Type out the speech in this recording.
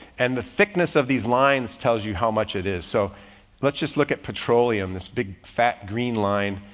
and the thickness of these lines tells you how much it is. so let's just look at petroleum. this big fat green line,